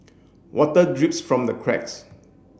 water drips from the cracks